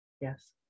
Yes